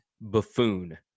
buffoon